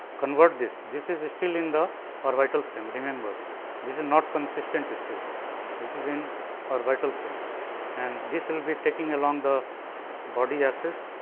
convert this. this is is still in the orbital frame remember this is not consistent still this is in orbital frame and this will be taking along the body axis